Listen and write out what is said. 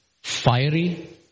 fiery